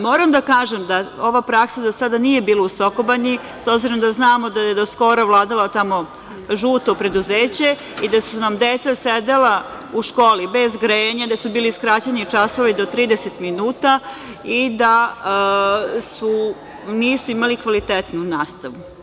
Moram da kažem da ova praksa do sada nije bila u Sokobanji, s obzirom da znamo da je do skoro vladalo tamo žuto preduzeće i da su nam deca sedela u školi bez grejanja, da su bili skraćeni časovi do 30 minuta i da nisu imali kvalitetnu nastavu.